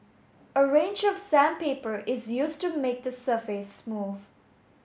a range of sandpaper is used to make the surface smooth